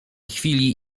chwili